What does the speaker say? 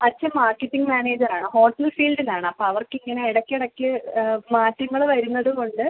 അച്ഛൻ മാർക്കറ്റിങ് മാനേജറാണ് ഹോട്ടൽ ഫീൽഡിലാണ് അപ്പോൾ അവർക്കിങ്ങനെ ഇടയ്ക്ക് ഇടയ്ക്ക് മാറ്റങ്ങള് വരുന്നത് കൊണ്ട്